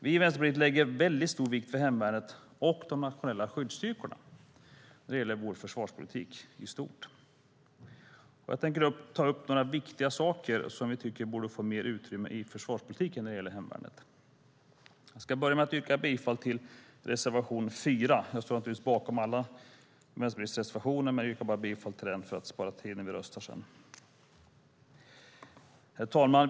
Vi i Vänsterpartiet lägger stor vikt vid hemvärnet och de nationella skyddsstyrkorna när det gäller vår försvarspolitik i stort. Jag tänker ta upp några viktiga saker som vi tycker borde få mer utrymme i försvarspolitiken när det gäller hemvärnet. Jag ska börja med att yrka bifall till reservation 4. Jag står naturligtvis bakom alla Vänsterpartiets reservationer, men jag yrkar bifall bara till en för att spara tid när vi röstar. Herr talman!